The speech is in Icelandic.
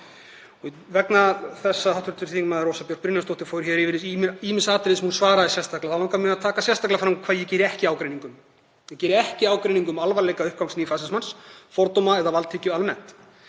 Vegna þess að hv. þm. Rósa Björk Brynjólfsdóttir fór hér yfir ýmis atriði sem hún svaraði sérstaklega þá langar mig að taka sérstaklega fram hvað ég geri ekki ágreining um. Ég geri ekki ágreining um alvarleika uppgangs nýfasismans, fordóma eða valdhyggju almennt.